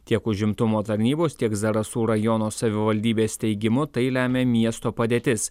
tiek užimtumo tarnybos tiek zarasų rajono savivaldybės teigimu tai lemia miesto padėtis